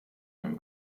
einem